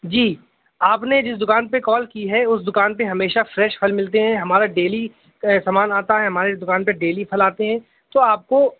جی آپ نے جس دکان پہ کال کی ہے اس دکان پہ ہمیشہ فریش پھل ملتے ہیں ہمارا ڈیلی سامان آتا ہے ہماری دکان پہ ڈیلی پھل آتے ہیں تو آپ کو